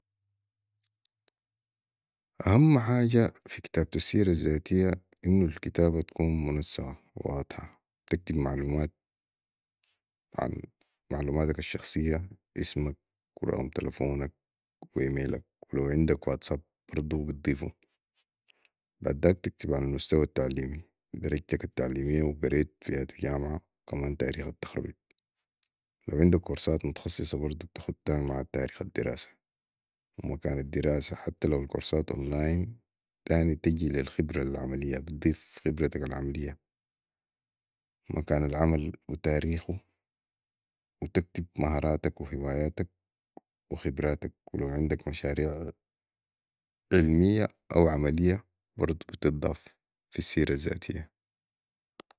اهم حاجه في كتابه السيره الذاتيه انو الكتابه تكون منسقه واضحه بتكب معلومات عن معلوماتك الشخصيه اسمك ورقم تلفونك وايميلك و لو عندك رقم واتساب برضو بضيفوبعداك بتكتب عن المستوي التعليمي درجتك التعليميه وقريت في ياتو جامعه وكمان تاريخ التخرج لوعندك كورسات متخصصه برضو تختها مع تاريخ الدراسه ومكان الداسه حتي لوكورسات اونلاين تاني تجي لي الخبره العمليه بضيف خبرتك العمليه مع مكان العمل والتاريخ و تكتب مهاراتك وهواياتك وخبراتك ولو عندك مشاريع علميه او عمليه برضو بتضاف في السيرة لذاتيه